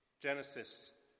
Genesis